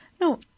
No